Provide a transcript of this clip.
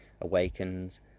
awakens